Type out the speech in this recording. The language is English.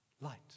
light